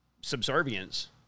subservience